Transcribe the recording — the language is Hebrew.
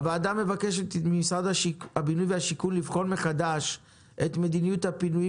הוועדה מבקשת ממשרד הבינוי והשיכון לבחון מחדש את מדיניות הפינויים